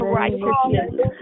righteousness